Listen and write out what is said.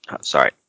sorry